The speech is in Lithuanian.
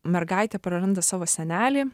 mergaitė praranda savo senelį